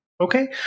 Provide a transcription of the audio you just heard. okay